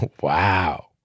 wow